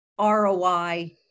ROI